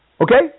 Okay